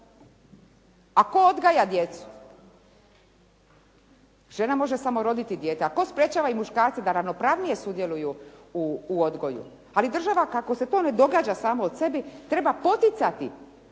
A tko odgaja djecu? Žena može samo roditi dijete. A tko sprečava i muškarca da ravnopravnije sudjeluju u odgoju? Ali država, kako se to ne događa samo od sebe, treba poticati